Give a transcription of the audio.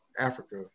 Africa